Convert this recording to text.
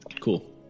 Cool